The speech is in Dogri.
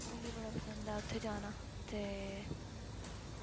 मिगी बड़ा पसंद ऐ उत्थै जाना ते